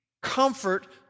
comfort